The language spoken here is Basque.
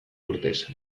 urtez